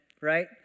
right